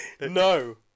No